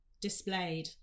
displayed